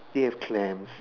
they have clams